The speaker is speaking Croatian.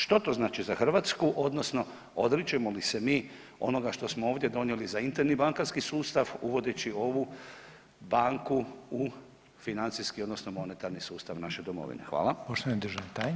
Što to znači za Hrvatsku odnosno odričemo li se mi onoga što smo ovdje donijeli za interni bankarski sustav uvodeći ovu banku u financijski odnosno monetarni sustav naše domovine?